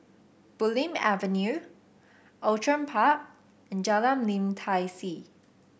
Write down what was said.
Bulim Avenue Outram Park and Jalan Lim Tai See